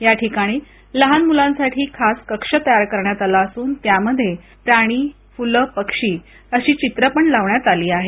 याठिकाणी लहान मुलांसाठी खास कक्ष तयार करण्यात आला असून त्यामध्ये प्राणी फुल पक्षी अशी चित्र पण आहेत